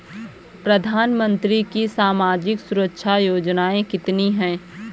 प्रधानमंत्री की सामाजिक सुरक्षा योजनाएँ कितनी हैं?